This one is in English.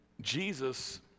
Jesus